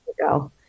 go